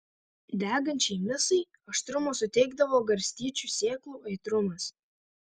degančiai misai aštrumo suteikdavo garstyčių sėklų aitrumas